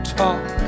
talk